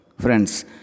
Friends